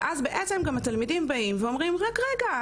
ואז בעצם גם התלמידים באים ואומרים רק רגע,